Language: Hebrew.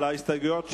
על ההסתייגויות שלו.